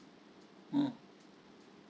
mm